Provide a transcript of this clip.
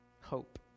hope